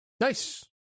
Nice